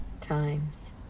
times